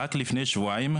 רק לפני שבועיים,